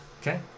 Okay